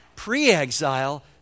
pre-exile